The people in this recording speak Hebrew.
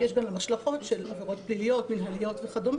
יש גם השלכות של עבירות פליליות, מינהליות וכדו'.